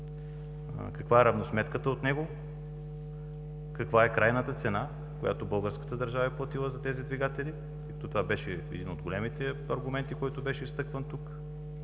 каква е равносметката от него, каква е крайната цена, която българската държава е платила за тези двигатели? Това беше един от големите аргументи, който беше изтъкван тук.